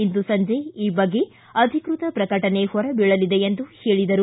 ಇಂದು ಸಂಜೆ ಈ ಬಗ್ಗೆ ಅಧಿಕೃತ ಪ್ರಕಟಣೆ ಹೊರಬೀಳಲಿದೆ ಎಂದರು